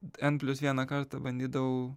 en plius vieną kartą bandydavau